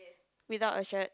without a shirt